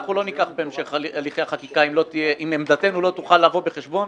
אנחנו לא ניקח את המשך הליכי החקיקה אם עמדתנו לא תוכל לבוא בחשבון,